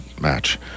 match